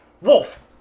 wolf